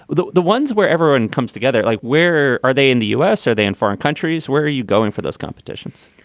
the the ones where everyone comes together, like where are they in the u s? are they in foreign countries? where are you going for those competitions?